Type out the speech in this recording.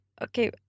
Okay